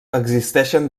existeixen